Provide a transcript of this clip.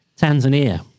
Tanzania